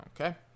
Okay